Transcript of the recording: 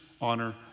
honor